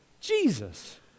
Jesus